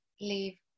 leave